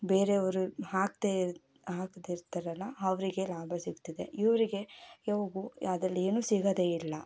ಬೇರೆ ಅವರು ಹಾಕದೇ ಹಾಕ್ತಿರ್ತಾರಲ್ಲ ಅವರಿಗೆ ಲಾಭ ಸಿಗ್ತದೆ ಇವರಿಗೆ ಯಾವಾಗೂ ಅದ್ರಲ್ಲಿ ಏನು ಸಿಗೋದೆ ಇಲ್ಲ